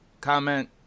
comment